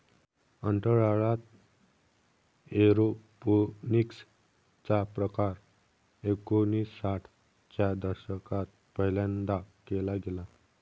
अंतराळात एरोपोनिक्स चा प्रकार एकोणिसाठ च्या दशकात पहिल्यांदा केला गेला